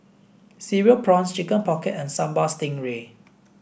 cereal prawns chicken pocket and Sambal stingray